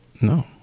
No